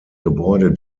gebäude